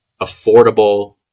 affordable